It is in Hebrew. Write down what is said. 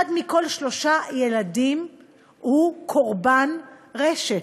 אחד מכל שלושה ילדים הוא קורבן רשת.